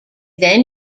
then